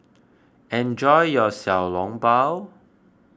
enjoy your Xiao Long Bao